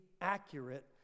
accurate